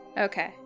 okay